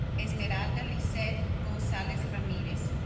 esmeralda lizeth gonzalez ramirez